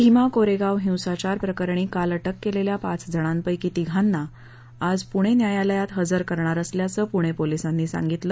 भीमा कोरेगांव हिंसाचार प्रकरणी काल अटक केलेल्या पाच जणांपैकी तिघांना आज पुणे न्यायालयात हजर करणार असल्याचं पुणे पोलिसांनी सांगितलं